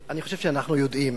אני חושב שאנחנו יודעים,